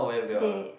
they